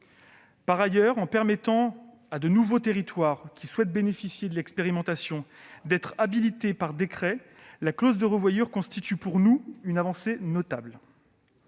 Par ailleurs, en permettant à de nouveaux territoires qui souhaitent bénéficier de l'expérimentation d'être habilités par décret, la clause de revoyure constitue, à nos yeux, une avancée notable.